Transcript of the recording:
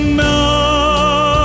now